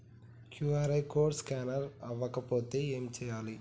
QR code scanner అవ్వకపోతే ఏం చేయాలి?